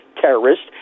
terrorists